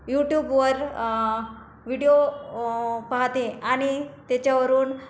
यूट्युबवर video पाहते आणि त्याच्यावरून